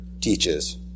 teaches